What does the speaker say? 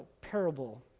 parable